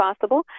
possible